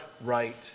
right